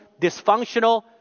dysfunctional